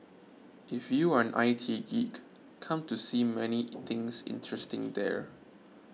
if you are an I T geek come to see many things interesting there